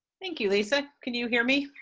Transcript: thank you lisa. can you hear me?